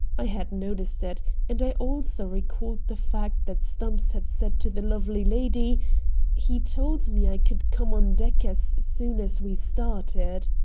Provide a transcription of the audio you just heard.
i had noticed it and i also recalled the fact that stumps had said to the lovely lady he told me i could come on deck as soon as we started.